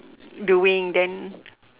doing then